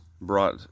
brought